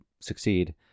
succeed